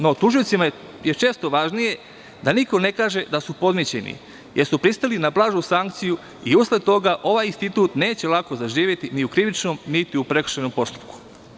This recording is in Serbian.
No, tužiocima je često važnije da niko ne kaže da su podmićeni, jer su pristali na blažu sankciju i usled toga ovaj institut neće lako zaživeti ni u krivičnom, niti u prekršajnom postupku.